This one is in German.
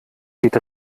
geht